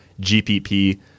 GPP